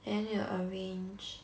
then need to arrange